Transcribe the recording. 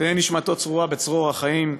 תהא נשמתו צרורה בצרור החיים.